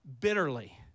bitterly